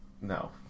No